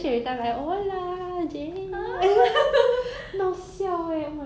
ya oh then 你有没有看那个 how I met your mother